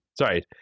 Sorry